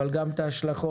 אבל גם את ההשלכות